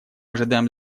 ожидаем